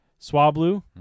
Swablu